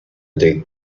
date